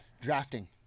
Drafting